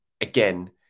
again